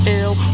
ill